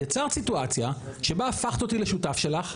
יצרתם סיטואציה שבה הפכת אותי לשותף שלך,